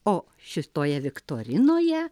o šitoje viktorinoje